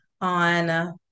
on